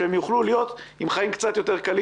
שהם יוכלו להיות עם חיים קצת יותר קלים